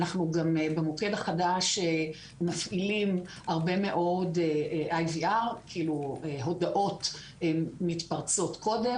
אנחנו במוקד החדש גם מפעילים הרבה מאוד IVR - הודעות מתפרצות קודם.